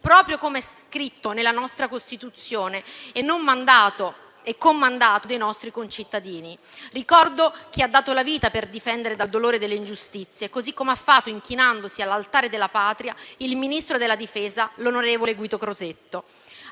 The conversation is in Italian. proprio come è scritto nella nostra Costituzione e con mandato dei nostri concittadini. Ricordo chi ha dato la vita per difendere dal dolore delle ingiustizie, così come ha fatto inchinandosi all'altare della Patria il ministro della difesa, onorevole Guido Crosetto.